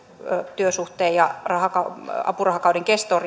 työsuhteen ja apurahakauden kestoon